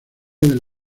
del